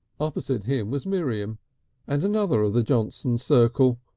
opposite him was miriam and another of the johnson circle,